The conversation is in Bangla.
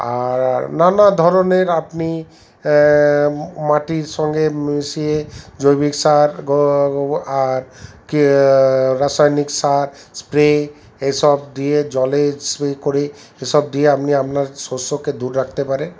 আর নানা ধরণের আপনি মাটির সঙ্গে মিশিয়ে জৈবিক সার আর কি রাসায়নিক সার স্প্রে এসব দিয়ে জলের স্প্রে করে এসব দিয়ে আপনি আপনার শস্যকে দূর রাখতে পারে